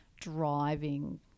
driving